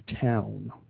town